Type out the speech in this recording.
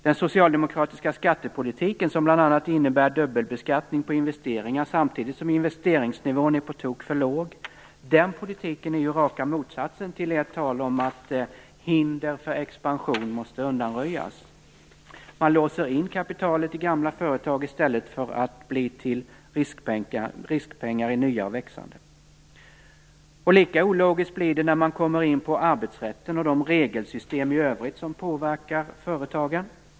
Den socialdemokratiska skattepolitiken - som bl.a. innebär dubbelbeskattning på investeringar samtidigt som investeringsnivån är på tok för låg - är ju raka motsatsen till ert tal om att hinder för expansion måste undanröjas. Ni låser in kapitalet i gamla företag i stället för att låta det bli till riskpengar i nya och växande företag. Lika ologiskt blir det när man kommer in på arbetsrätten och de regelsystem i övrigt som påverkar företagen.